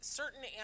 certain